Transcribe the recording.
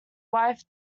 wife